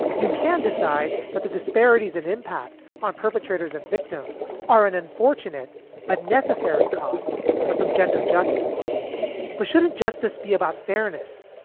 you can't decide that the disparities in impact on perpetrators and victims are an unfortunate but necessary cost for some gender justice but shouldn't justice be about fairness,